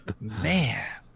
man